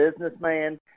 businessman